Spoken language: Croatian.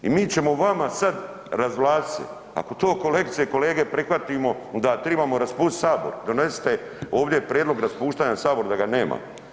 I mi ćemo vama sad razvlastiti se, ako to kolegice i kolege prihvatimo onda tribamo raspustiti Sabor, donesite ovdje prijedlog raspuštanja Sabora da ga nema.